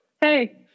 hey